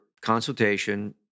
consultation